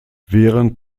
während